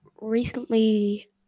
recently